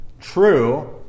true